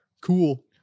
Cool